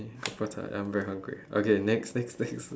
of course ah I'm very hungry okay next next next